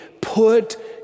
Put